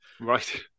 right